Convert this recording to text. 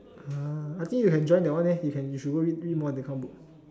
ah I think you can join that one eh you can you should go read more that kind of book